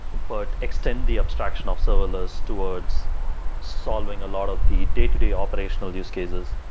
but extend the abstraction of serverless towards solving a lot of the day-to-day operational use cases.